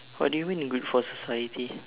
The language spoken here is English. what do you mean good for society